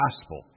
Gospel